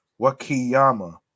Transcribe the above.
Wakiyama